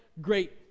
great